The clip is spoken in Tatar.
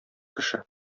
кеше